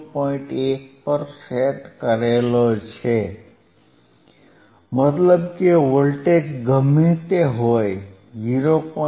1 પર સેટ કર્યો છે મતલબ કે વોલ્ટેજ ગમે તે હોય 0